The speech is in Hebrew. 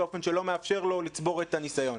באופן שלא מאפשר לו לצבור את הניסיון.